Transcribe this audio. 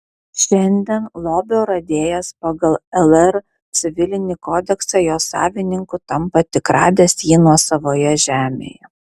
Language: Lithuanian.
šiandien lobio radėjas pagal lr civilinį kodeksą jo savininku tampa tik radęs jį nuosavoje žemėje